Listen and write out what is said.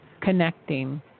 connecting